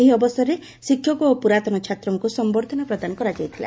ଏହି ଅବସରରେ ଶିକ୍ଷକ ଓ ପୁରାତନ ଛାତ୍ରଙ୍କୁ ସମ୍ୟର୍ଦ୍ଧନା ପ୍ରଦାନ କରାଯାଇଥିଲା